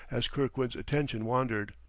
as kirkwood's attention wandered.